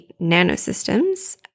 Nanosystems